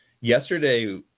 yesterday